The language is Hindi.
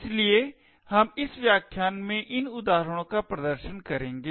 इसलिए हम इस व्याख्यान में इन उदाहरणों का प्रदर्शन करेंगे